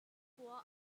khua